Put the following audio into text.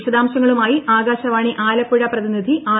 വിശദാശംങ്ങളുമായി ആകാശവാണി ആലപ്പുഴ പ്രതിനിധി ആർ